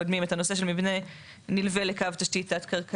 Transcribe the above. הוספנו כאן בדיונים הקודמים את הנושא של מבנה נלווה לקו תשתית תת-קרקעי,